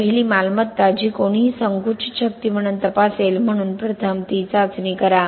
पहिली मालमत्ता जी कोणीही संकुचित शक्ती म्हणून तपासेल म्हणून प्रथम ती चाचणी करा